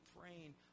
praying